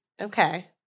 Okay